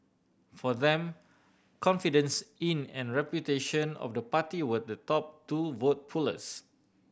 for them confidence in and reputation of the party were the top two vote pullers